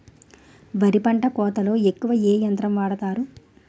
వరి పంట కోతలొ ఎక్కువ ఏ యంత్రం వాడతారు?